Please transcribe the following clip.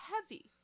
heavy